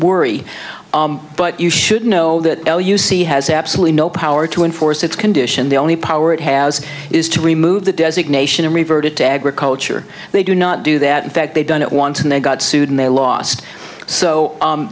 worry but you should know that he has absolutely no power to enforce its condition the only power it has is to remove the designation and reverted to agriculture they do not do that in fact they've done it once and they got sued and they lost so